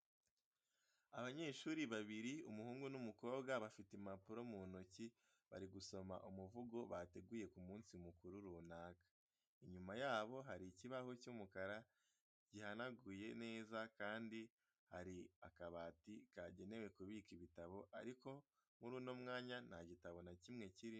Abanyeshuri babiri umuhungu n'umukobwa bafite impapuro mu ntoki bari gusoma umuvugo bateguye ku munsi mukuru runaka. Inyuma yabo hari ikibaho cy'umukara guhanaguye neza kandi hari kabati kagenewe kubika ibitabo ariko muri uno mwanya nta gitabo na kimwe kirimo.